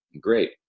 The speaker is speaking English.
Great